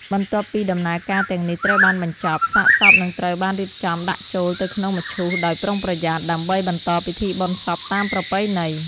បន្ទាប់ពីដំណើរការទាំងនេះត្រូវបានបញ្ចប់ សាកសពនឹងត្រូវបានរៀបចំដាក់ចូលទៅក្នុងមឈូសដោយប្រុងប្រយ័ត្ន ដើម្បីបន្តពិធីបុណ្យសពតាមប្រពៃណី។